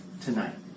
tonight